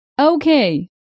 Okay